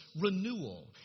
renewal